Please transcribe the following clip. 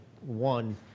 one